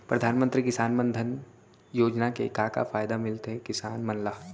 परधानमंतरी किसान मन धन योजना के का का फायदा मिलथे किसान मन ला?